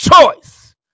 choice